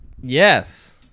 Yes